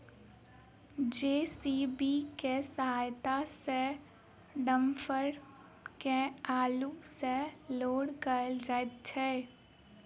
JCB के सहायता सॅ डम्फर के आगू सॅ लोड कयल जाइत छै